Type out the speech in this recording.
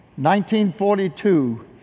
1942